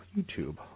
YouTube